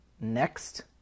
Next